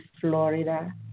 Florida